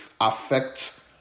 affect